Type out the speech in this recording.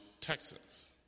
Texas